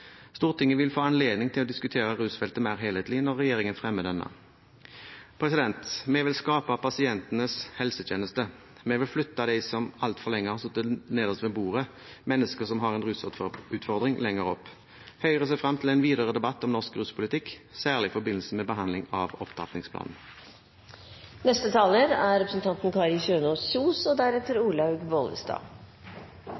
Stortinget vil få anledning til å diskutere rusfeltet mer helhetlig når regjeringen fremmer denne. Vi vil skape pasientenes helsetjeneste. Vi vil flytte dem som altfor lenge har sittet nederst ved bordet, mennesker som har en rusutfordring, lenger opp. Høyre ser frem til en videre debatt om norsk ruspolitikk, særlig i forbindelse med behandling av opptrappingsplanen. Rusomsorg har engasjert meg siden ungdomstiden, og